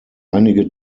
einige